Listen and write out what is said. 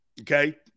Okay